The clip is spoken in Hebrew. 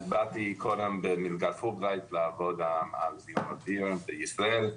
באתי לעבוד על זיהום אוויר בישראל,